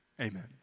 amen